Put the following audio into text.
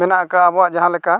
ᱢᱮᱱᱟᱜ ᱟᱠᱟᱫ ᱟᱵᱚᱣᱟᱜ ᱡᱟᱦᱟᱸᱞᱮᱠᱟ